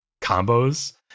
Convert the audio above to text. combos